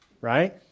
right